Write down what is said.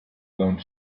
don’t